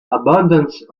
abundance